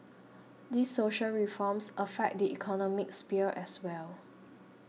these social reforms affect the economic sphere as well